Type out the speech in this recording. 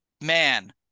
man